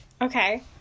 Okay